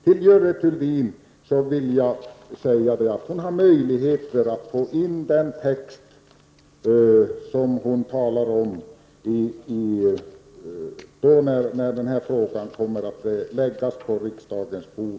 Till Görel Thurdin vill jag säga att hon har möjlighet att få med den text hon talat om när förslaget om ett centralt koncernregister har lagts på riksdagens bord.